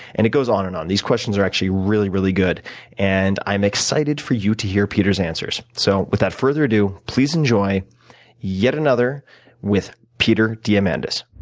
and it goes on and on. these questions are actually really, really good and i'm excited for you to hear peter's answers. so, without further ado, please enjoy yet another with peter diamandis.